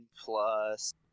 plus